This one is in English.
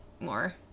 more